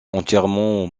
entièrement